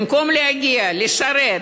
במקום להגיע ולשרת,